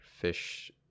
fish